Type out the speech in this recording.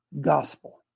gospel